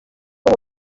uwo